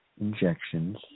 injections